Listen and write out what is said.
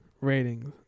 Ratings